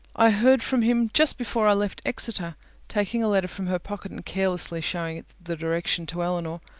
i heard from him just before i left exeter taking a letter from her pocket and carelessly showing the direction to elinor.